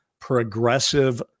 progressive